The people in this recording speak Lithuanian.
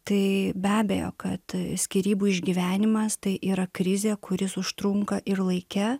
tai be abejo kad skyrybų išgyvenimas tai yra krizė kuris užtrunka ir laike